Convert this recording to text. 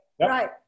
right